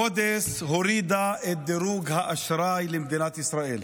מודי'ס הורידה את דירוג האשראי למדינת ישראל,